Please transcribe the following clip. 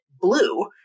blue